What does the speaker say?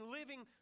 living